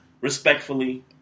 respectfully